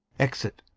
exit